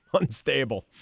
Unstable